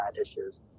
issues